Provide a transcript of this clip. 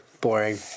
Boring